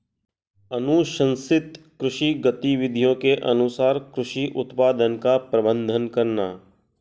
अनुशंसित कृषि गतिविधियों के अनुसार कृषि उत्पादन का प्रबंधन करना